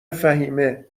فهیمهمگه